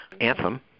Anthem